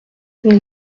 mille